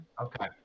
Okay